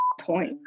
point